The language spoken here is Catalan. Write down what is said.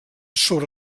sobre